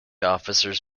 officers